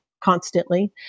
constantly